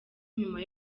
nyuma